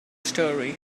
story